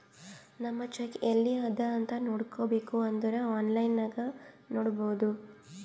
ನಮ್ ಚೆಕ್ ಎಲ್ಲಿ ಅದಾ ಅಂತ್ ನೋಡಬೇಕ್ ಅಂದುರ್ ಆನ್ಲೈನ್ ನಾಗ್ ನೋಡ್ಬೋದು